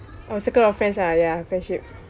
our circle of friends ya friendship